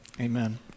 Amen